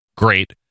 great